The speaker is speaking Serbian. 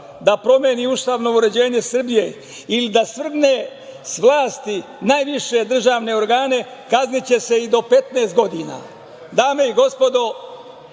da promeni ustavno uređenje Srbije ili da svrgne sa vlasti najviše državne organe, kazniće se i do 15 godina. Dame i gospodo,